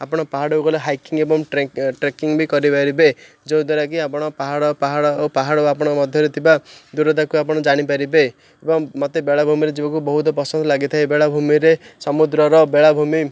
ଆପଣ ପାହାଡ଼କୁ ଗଲେ ହାଇକିଙ୍ଗ ଏବଂ ଟ୍ରେକିଙ୍ଗ ବି କରିପାରିବେ ଯେଉଁଦ୍ୱାରାକି ଆପଣ ପାହାଡ଼ ପାହାଡ଼ ଓ ପାହାଡ଼ ମଧ୍ୟରେ ଥିବା ଦୂରତାକୁ ଆପଣ ଜାଣିପାରିବେ ଏବଂ ମୋତେ ବେଳାଭୂମିରେ ଯିବାକୁ ବହୁତ ପସନ୍ଦ ଲାଗିଥାଏ ବେଳାଭୂମିରେ ସମୁଦ୍ରର ବେଳାଭୂମି